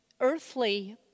earthly